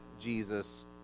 Jesus